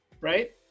right